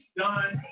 done